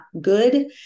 good